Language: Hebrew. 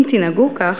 אם תנהגו כך,